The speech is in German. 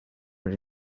und